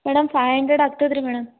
madam five hundred ಆಗ್ತದೆ ರೀ madam